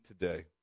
today